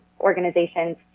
organizations